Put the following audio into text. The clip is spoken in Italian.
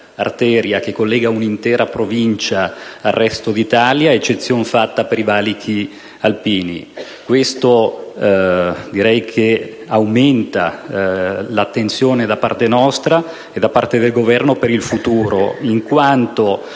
che collega un'intera Provincia al resto d'Italia, eccezione fatta per i valichi alpini. A mio avviso, ciò aumenta l'attenzione da parte nostra e del Governo per il futuro, in quanto,